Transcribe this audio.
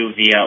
via